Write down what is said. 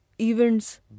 events